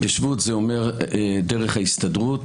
התיישבות זה אומר דרך ההסתדרות,